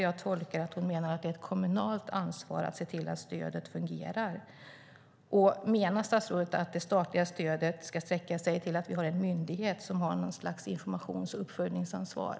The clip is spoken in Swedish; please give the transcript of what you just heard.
Jag tolkar att hon menar att det är ett kommunalt ansvar att se till att stödet fungerar. Menar statsrådet att det statliga stödet ska sträcka sig bara till att vi har en myndighet som har något slags informations och uppföljningsansvar?